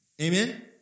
Amen